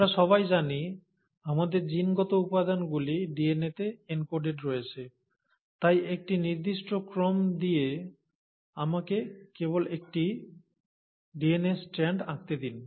আমরা সবাই জানি আমাদের জিনগত উপাদানগুলি ডিএনএতে এনকোডেড রয়েছে তাই একটি নির্দিষ্ট ক্রম দিয়ে আমাকে কেবল একটি ডিএনএর স্ট্র্যান্ড আঁকতে দিন